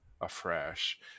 afresh